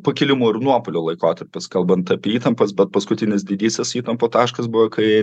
pakilimų ir nuopuolio laikotarpis kalbant apie įtampas bet paskutinis didysis įtampų taškas buvo kai